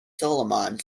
solomon